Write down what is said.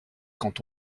quand